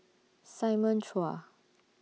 Simon Chua